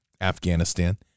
Afghanistan